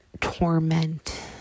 torment